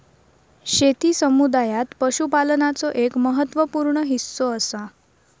शेती समुदायात पशुपालनाचो एक महत्त्व पूर्ण हिस्सो असा